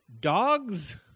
dogs